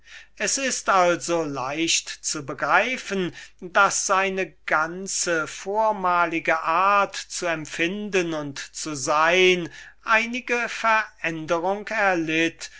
es ist also leicht zu begreifen daß seine ganze vormalige art zu empfinden und zu sein einige veränderung erlitt